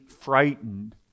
frightened